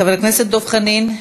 חבר הכנסת דב חנין,